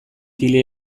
kili